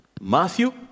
Matthew